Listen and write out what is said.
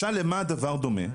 משל למה הדבר דומה?